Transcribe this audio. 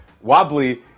wobbly